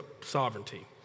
sovereignty